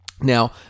Now